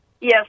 Yes